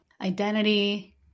identity